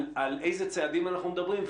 על איזה צעדים אנחנו מדברים?